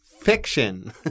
fiction